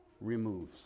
removes